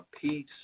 peace